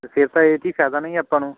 ਫਿਰ ਤਾਂ ਇਹ 'ਚ ਜੀ ਫਾਇਦਾ ਨਹੀਂ ਆਪਾਂ ਨੂੰ